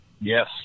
Yes